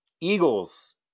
Eagles